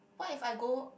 what if I go